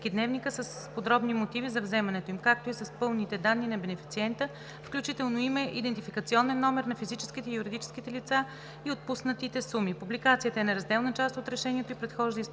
с подробни мотиви за вземането им, както и с пълните данни на бенефициента, включително име, идентификационен номер на физическите и юридическите лица и отпуснатите суми. Публикацията е неразделна част от решението и предхожда изпълнението